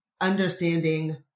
understanding